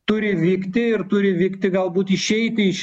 turi vykti ir turi vykti galbūt išeiti iš